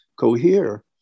cohere